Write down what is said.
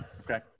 Okay